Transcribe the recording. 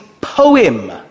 poem